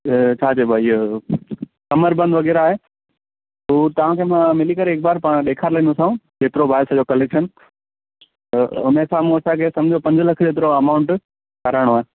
छा चइबो आहे इहो कमर बंध वगै़रह आहे हू तव्हांखे मां मिली करे हिक बार पाण ॾेखारे लाहींदोसांव जेतिरो बि आहे सॼो कलेक्शन त उन्हीअ साम्हू असांखे सम्झो पंज लख जेतिरो अमाउंट कराइणो आहे